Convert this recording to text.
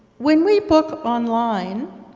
when we book online,